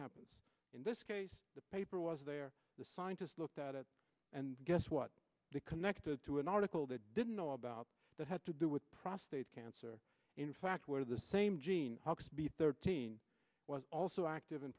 happens in this case the paper was there the scientists looked at it and guess what they connected to an article they didn't know about that had to do with prostate cancer in fact where the same gene b thirteen was also active